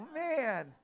man